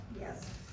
Yes